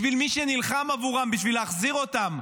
בשביל מי שנלחם עבורם בשביל להחזיר אותם.